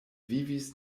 vivis